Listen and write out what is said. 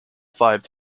five